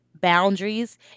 boundaries